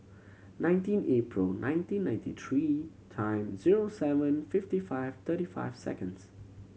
nineteen April nineteen ninety three time zero seven fifty five thirty five seconds